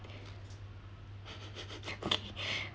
okay